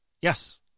Yes